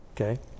okay